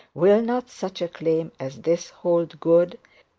will not such a claim as this hold good,